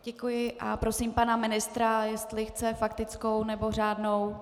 Děkuji a prosím pana ministra, jestli chce faktickou nebo řádnou.